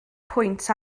pwynt